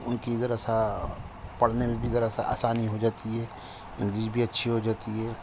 ان کی ذرا سا پڑھنے میں بھی ذرا سا آسانی ہو جاتی ہے انگلش بھی اچھی ہو جاتی ہے